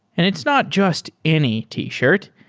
and it's not just any t-shirt.